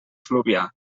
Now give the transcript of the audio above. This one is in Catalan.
fluvià